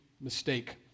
mistake